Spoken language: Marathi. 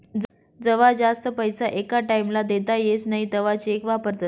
जवा जास्त पैसा एका टाईम ला देता येस नई तवा चेक वापरतस